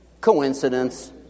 coincidence